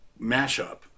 mashup